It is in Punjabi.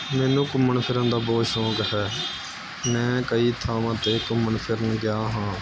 ਮੈਨੂੰ ਘੁੰਮਣ ਫਿਰਨ ਦਾ ਬਹੁਤ ਸ਼ੌਂਕ ਹੈ ਮੈਂ ਕਈ ਥਾਵਾਂ 'ਤੇ ਘੁੰਮਣ ਫਿਰਨ ਗਿਆ ਹਾਂ